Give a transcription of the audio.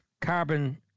carbon